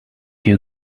you